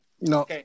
No